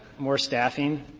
more staffing,